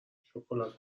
شکلات